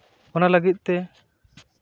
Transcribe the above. ᱚᱱᱟ ᱞᱟᱹᱜᱤᱫ ᱛᱮ